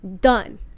done